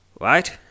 Right